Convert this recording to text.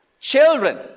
children